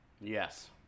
Yes